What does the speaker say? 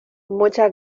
muchas